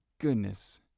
goodness